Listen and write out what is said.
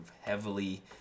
heavily